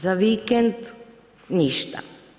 Za vikend ništa.